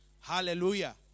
Hallelujah